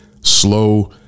slow